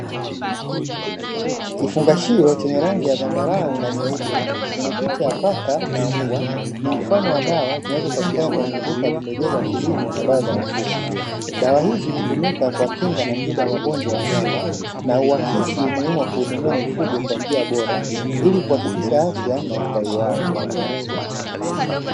Kifungashio chenye rangi ya zambarau na nyeupe chenye picha ya paka na mbwa ni mfano wa dawa zinazopatikana kwenye maduka ya pembejeo za kilimo na dawa za mifugo, dawa hizi hutumika kwa kinga na tiba kwa magonjwa ya wanyama na kuakisi umuhimu wa kuhudumia mifugo kwa njia bora ilikuhakikisha afya na ustawi wao.